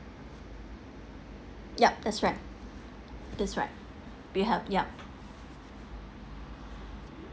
yup that's right that's right we have yup